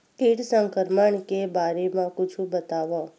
कीट संक्रमण के बारे म कुछु बतावव?